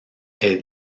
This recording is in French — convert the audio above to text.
est